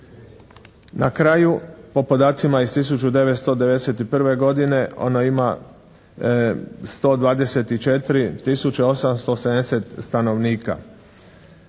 Na kraju, o podacima iz 1991. godine ono ima 124 tisuće 870 stanovnika.